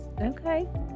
Okay